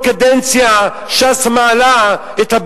לקחי מלחמת לבנון השנייה לא נלמדו והליקויים לא תוקנו.